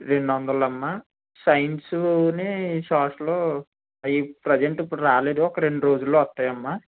రెండు వందలు అమ్మ సైన్సుని సోషల్ అయి ప్రజెంట్ ఇప్పుడు రాలేదు ఒక రెండు రోజుల్లో వస్తాయి అమ్మా